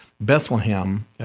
Bethlehem